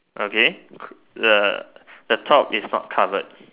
okay the the top is not covered